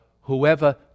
whoever